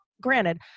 granted